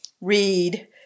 read